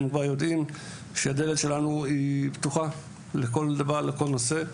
הם כבר יודעים שהדלת שלנו היא פתוחה לכל דבר לכל נושא,